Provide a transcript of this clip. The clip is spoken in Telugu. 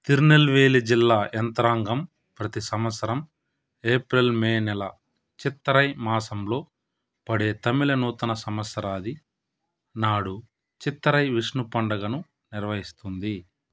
తిరునెల్వేలి జిల్లా యంత్రాంగం ప్రతి సంవత్సరం ఏప్రిల్ మే నెల చిత్తరై మాసంలో పడే తమిళ నూతన సంవత్సరాది నాడు చిత్తరై విష్ణు పండగను నిర్వహిస్తుంది